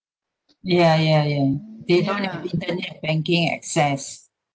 ya ya ya they don't have internet banking access